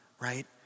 right